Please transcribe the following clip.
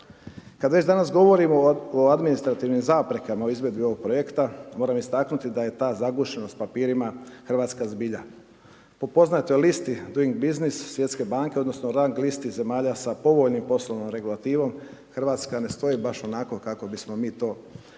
Kad već danas govorimo o administrativnim zaprekama o izvedbi ovog projekta, moram istaknuti da je ta zagušenost papirima hrvatska zbilja. Po poznatoj listi DOING BUSINESS Svjetske banke odnosno rang listi zemalja sa povoljnim poslovnom regulativom RH ne stoji baš onako kako bismo mi to željeli.